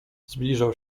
zbliżał